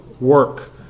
work